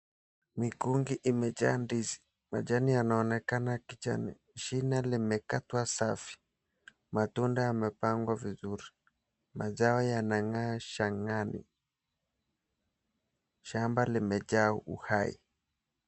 Mikungu imejaa ndizi. Majani yanaonekana ya kijani kibichi. Shina limekatwa kwa usafi. Matunda yamepangwa vizuri. Mazao yanang’aa shang’ali. Shamba limejaa uhai.